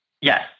Yes